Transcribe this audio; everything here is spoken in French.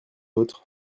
vôtre